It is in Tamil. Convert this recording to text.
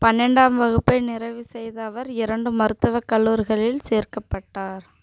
பன்னெண்டாம் வகுப்பை நிறைவு செய்த அவர் இரண்டு மருத்துவ கல்லூரிகளில் சேர்க்கப்பட்டார்